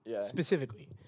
specifically